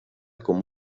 com